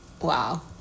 wow